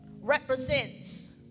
represents